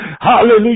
Hallelujah